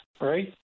right